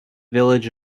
village